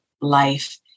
life